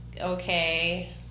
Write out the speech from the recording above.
okay